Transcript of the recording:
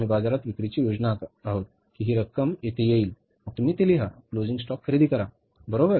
आम्ही बाजारात विक्रीची योजना आखत आहोत की ही रक्कम येथे येईल मग तुम्ही इथे लिहा क्लोजिंग स्टॉक खरेदी करा बरोबर